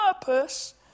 purpose